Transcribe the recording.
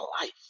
life